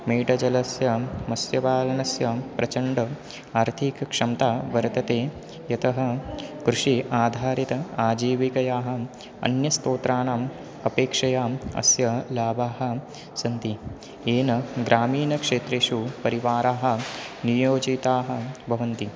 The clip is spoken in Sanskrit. मेटजलस्यां मत्स्यपालनस्यां प्रचण्डः आर्थिकक्षमता वर्तते यतः कृषिराधारितम् आजीविकयाः अन्यस्तोत्राणाम् अपेक्षया अस्य लाभाः सन्ति येन ग्रामीनक्षेत्रेषु परिवारः नियोजिताः भवन्ति